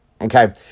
okay